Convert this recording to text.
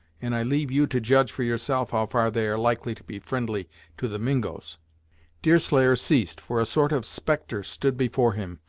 and i leave you to judge for yourself how far they are likely to be fri'ndly to the mingos deerslayer ceased, for a sort of spectre stood before him,